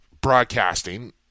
broadcasting